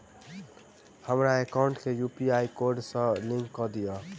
हमरा एकाउंट केँ UPI code सअ लिंक कऽ दिऽ?